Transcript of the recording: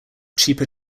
cheaper